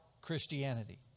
Christianity